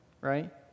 right